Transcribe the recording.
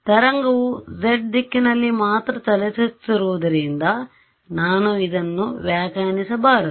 ತರಂಗವು z ದಿಕ್ಕಿನಲ್ಲಿ ಮಾತ್ರ ಚಲಿಸುತ್ತಿರುವುದರಿಂದ ನಾನು ಇದನ್ನು ವ್ಯಾಖ್ಯಾನಿಸಬಾರದು